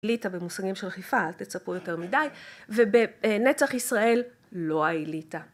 ליטא במושגים של חיפה אל תצפו יותר מדי ובנצח ישראל לאליטא